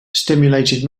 stimulated